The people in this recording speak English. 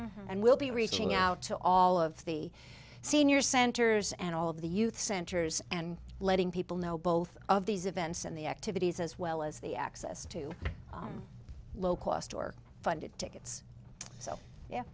important and we'll be reaching out to all of the senior centers and all of the youth centers and letting people know both of these events and the activities as well as the access to low cost or funded tickets so yeah